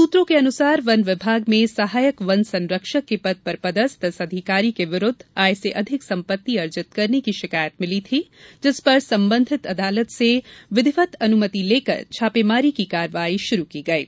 सुत्रों के अनुसार वन विभाग में सहायक वन संरक्षक के पद पर पदस्थ इस अधिकारी के विरुद्द आय से अधिक संपत्ति अर्जित करने की शिकायत मिली थी जिस पर संबंधित अदालत से विधिवत अनुमति लेकर छापेमारी की कार्रवाई शुरू की गयी